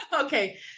Okay